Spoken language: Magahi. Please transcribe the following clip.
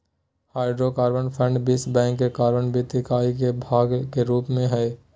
हाइड्रोकार्बन फंड विश्व बैंक के कार्बन वित्त इकाई के भाग के रूप में हइ